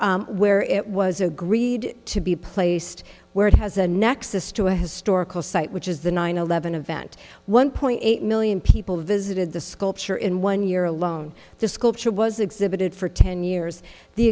where it was agreed to be placed where it has a nexus to a historical site which is the nine eleven event one point eight million people visited the sculpture in one year alone the sculpture was exhibited for ten years the